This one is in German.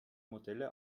modelle